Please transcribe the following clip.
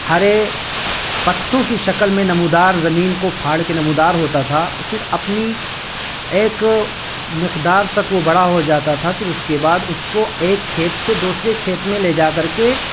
ہرے پتوں کی شکل میں نمودار زمین کو پھاڑ کے نمودار ہوتا تھا پھر اپنی ایک مقدار تک وہ بڑا ہو جاتا تھا پھر اس کے بعد اس کو ایک کھیت سے دوسرے کھیت میں لے جا کر کے